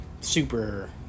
Super